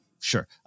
sure